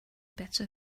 better